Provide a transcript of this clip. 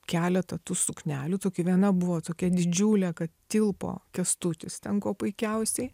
keletą tų suknelių tokių viena buvo tokia didžiulė kad tilpo kęstutis ten kuo puikiausiai